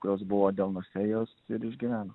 kurios buvo delnuose jos ir išgyveno